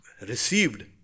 received